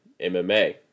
MMA